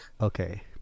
Okay